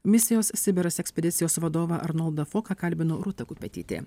misijos sibiras ekspedicijos vadovą arnoldą foką kalbino rūta kupetytė